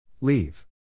LEAVE